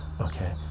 Okay